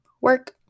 work